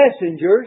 messengers